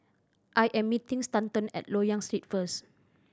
I am meeting Stanton at Loyang Street first